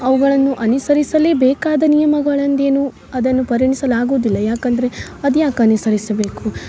ಅವ್ಗಳನ್ನು ಅನಿಸರಿಸಲೇ ಬೇಕಾದ ನಿಯಮಗಳು ಅಂದೇನು ಅದನ್ನು ಪರಿಣಿಸಲಾಗುವುದಿಲ್ಲ ಯಾಕೆಂದರೆ ಅದು ಯಾಕೆ ಅನಿಸರಿಸಬೇಕು